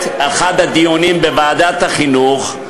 כשמורים שואלים במסגרת אחד הדיונים בוועדת החינוך,